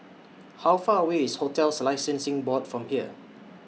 How Far away IS hotels Licensing Sing Board from here